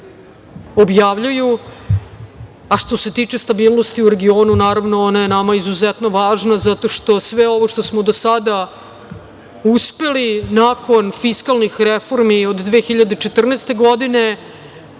objavljuju. Što se tiče stabilnosti u regionu, naravno ona je nama izuzetno važna zato što sve ovo što smo do sada uspeli nakon fiskalnih reformi od 2014. godine,